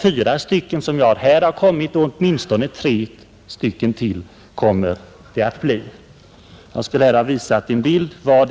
fyra stycken, som jag har här, har kommit ut och åtminstone tre stycken till kommer det att bli. Låt mig på TV-skärmen nu visa en bild över några av dessa vikblad.